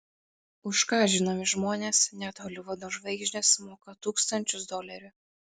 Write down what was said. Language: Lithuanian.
už ką žinomi žmonės net holivudo žvaigždės moka tūkstančius dolerių